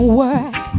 work